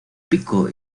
pico